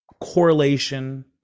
correlation